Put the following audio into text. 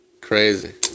Crazy